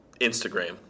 Instagram